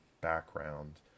background